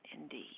indeed